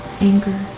anger